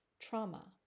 trauma